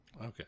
Okay